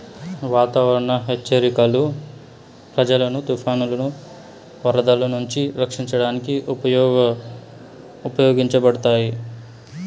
వాతావరణ హెచ్చరికలు ప్రజలను తుఫానులు, వరదలు నుంచి రక్షించడానికి ఉపయోగించబడతాయి